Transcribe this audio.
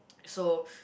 so